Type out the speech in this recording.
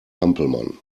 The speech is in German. hampelmann